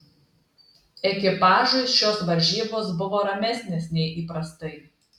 ekipažui šios varžybos buvo ramesnės nei įprastai